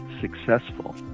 successful